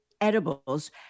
edibles